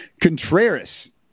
Contreras